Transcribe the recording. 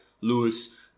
Lewis